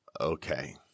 okay